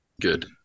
Good